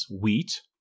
wheat